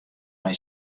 mei